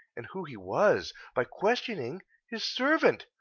and who he was, by questioning his servant,